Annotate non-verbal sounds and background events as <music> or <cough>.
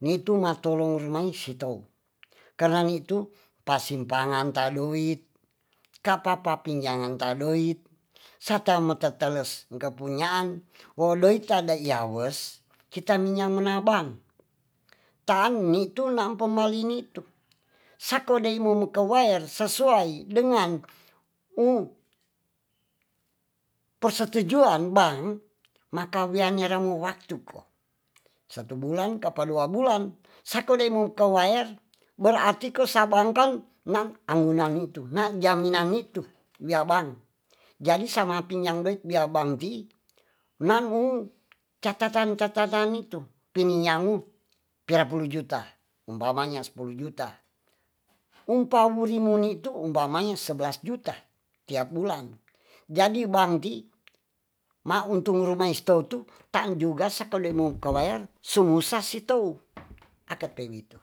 ne'tu matorong natorong sitou karna ni'tu pasimpangan ta doid ka'papa pinjangan ta doid sata metatalos kepunya'an wodoid ta'da yawes kitani nyang medabang ta'ang ni'tu nampo'malini tu sakode momukawa'ei sesurai dengan uh persetujuan bang makawiyange ramu'u waktu ko satu bulan kapa dua bulan sakodei mukawayer berarti kosabangkang na'agunami'tu na'diami-yami'tu wiya'bang jadi sama pinjam doid bia bang ti' nang'u cacacan- nu'tu pinu ya'mu piarapuluh juta umpamanya spuluh juta umpamuriwudi'tu umpanya seblas juta tiap bulan jadi bangti ma'untung rumae stotu tan juga sakodowi <noise> mokabayar su'sa sitou akape wi'tu